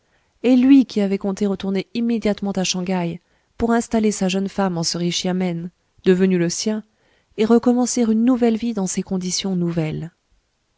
et lui qui avait compté retourner immédiatement à shang haï pour installer sa jeune femme en ce riche yamen devenu le sien et recommencer une nouvelle vie dans ces conditions nouvelles